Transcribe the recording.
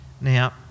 Now